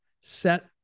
set